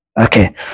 Okay